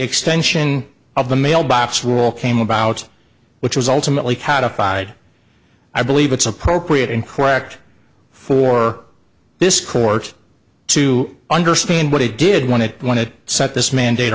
extension of the mailbox rule came about which was ultimately how to fide i believe it's appropriate and correct for this court to understand what he did when it when it set this mandate